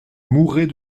mourrais